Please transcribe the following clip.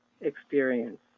experience